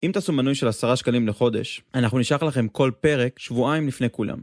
אם תעשו מנוי של עשרה שקלים לחודש, אנחנו נשאר לכם כל פרק שבועיים לפני כולם.